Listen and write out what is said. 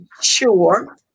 sure